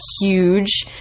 huge